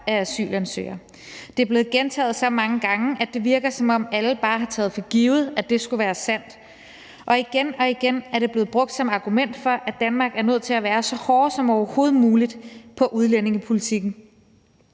af asylansøgere. Det er blevet gentaget så mange gange, at det virker, som om alle bare har taget for givet, at det skulle være sandt. Og igen og igen er det blevet brugt som argument for, at Danmark er nødt til at være så hårde som overhovedet muligt i udlændingepolitikken.